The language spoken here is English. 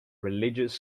religious